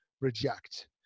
reject